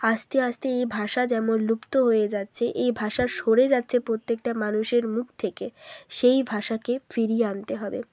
আস্তে আস্তে এই ভাষা যেমন লুপ্ত হয়ে যাচ্ছে এই ভাষা সরে যাচ্ছে প্রত্যেকটা মানুষের মুখ থেকে সেই ভাষাকে ফিরিয়ে আনতে হবে